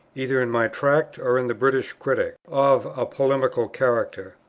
either in my tracts or in the british critic, of a polemical character.